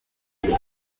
akora